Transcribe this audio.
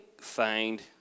find